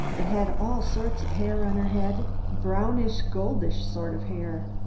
and had all sorts of hair on her head brownish, goldish sort of hair.